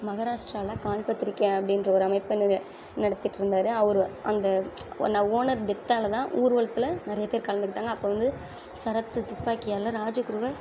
மகாராஷ்ட்ரால காண் பத்திரிக்கை அப்படின்ற ஒரு அமைப்பை நடத்திகிட்டிருந்தாரு அவர் அந்த ஓன ஓனர் டெத்தால் தான் ஊர்வலத்தில் நிறைய பேர் கலந்துக்கிட்டாங்கள் அப்போ வந்து சரத் துப்பாக்கியால் ராஜ குருவை